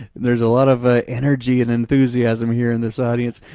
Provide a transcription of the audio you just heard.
there's a lot of ah energy and enthusiasm here in this audience,